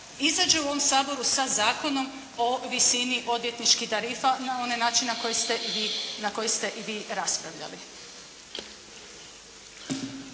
izađe u ovom Saboru sa Zakonom o visini odvjetničkih tarifa na onaj način na koji ste i vi raspravljali.